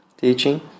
teaching